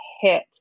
hit